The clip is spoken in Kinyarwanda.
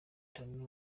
turner